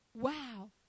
Wow